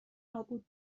نابود